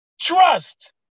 Trust